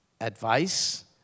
advice